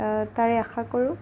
তাৰেই আশা কৰোঁ